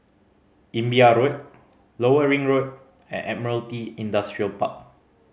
Imbiah Road Lower Ring Road and Admiralty Industrial Park